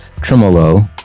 tremolo